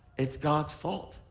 it's god fault.